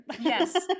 Yes